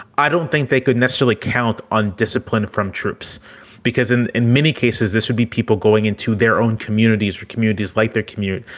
i don't think they could necessarily count on discipline from troops because in in many cases, this would be people going into their own communities for communities like their commute,